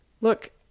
Look